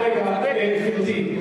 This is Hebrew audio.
רק רגע, גברתי.